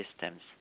systems